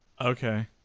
Okay